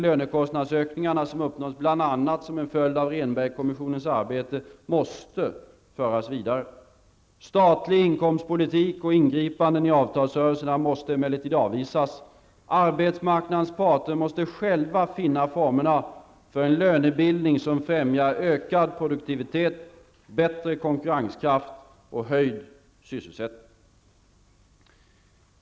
Rehnbergskommissionens arbete, måste föras vidare. Statlig inkomstpolitik och ingripanden i avtalsrörelserna måste emellertid avvisas. Arbetsmarknadens parter måste själva finna formerna för en lönebildning som främjar ökad produktivitet, bättre konkurrenskraft och ökad sysselsättning.